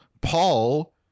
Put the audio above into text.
Paul